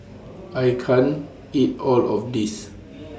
I can't eat All of This